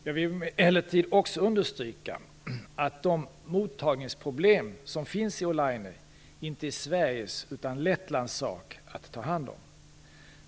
Jag vill emellertid också understryka att de mottagningsproblem som finns i Olaine inte är Sveriges utan Lettlands sak att ta hand om.